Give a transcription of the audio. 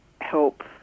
help